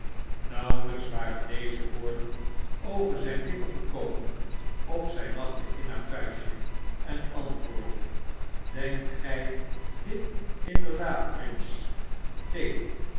nauwelijks waren deze woorden over zijn lippen gekomen of zy lachte in haar vuistje en antwoordde denkt gy ditinderdaad prins tape